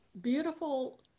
beautiful